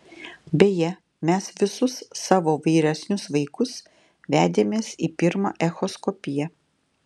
beje mes visus savo vyresnius vaikus vedėmės į pirmą echoskopiją